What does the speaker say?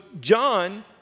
John